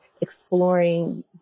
exploring